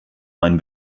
mein